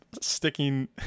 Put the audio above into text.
sticking